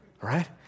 Right